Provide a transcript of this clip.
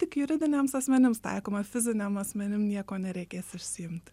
tik juridiniams asmenims taikoma fiziniem asmenim nieko nereikės išsiimt